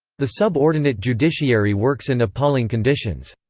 the sub-ordinate judiciary works in appalling conditions.